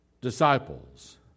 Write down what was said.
disciples